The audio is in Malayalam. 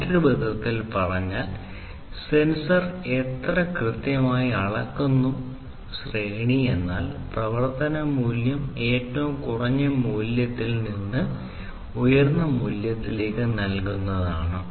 മറ്റൊരു വിധത്തിൽ പറഞ്ഞാൽ സെൻസർ എത്ര കൃത്യമായി അളക്കുന്നു ശ്രേണി എന്നാൽ പ്രവർത്തന മൂല്യം ഏറ്റവും കുറഞ്ഞ മൂല്യത്തിൽ നിന്ന് ഉയർന്ന മൂല്യത്തിലേക്ക് നൽകുന്നതാണ്